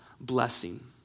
blessing